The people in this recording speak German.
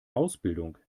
ausbildung